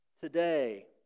today